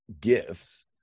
gifts